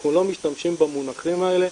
אנחנו לא משתמשים במונחים האלה.